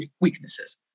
weaknesses